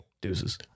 Deuces